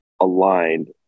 aligned